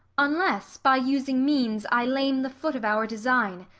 unless by using means, i lame the foot of our design.